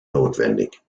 notwendig